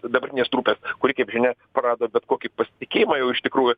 dabartinės trupės kuri kaip žinia prarado bet kokį pasitikėjimą jau iš tikrųjų